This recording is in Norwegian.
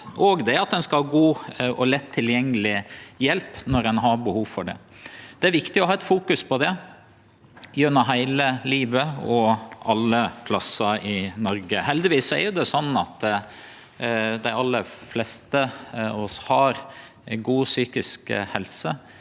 og at ein skal ha god og lett tilgjengeleg hjelp når ein har behov for det. Det er det viktig å ha fokus på gjennom heile livet og alle plassar i Noreg. Heldigvis er det slik at dei aller fleste av oss har god psykisk helse.